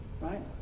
right